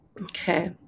Okay